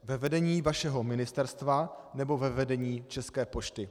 Ve vedení vašeho ministerstva, nebo ve vedení České pošty?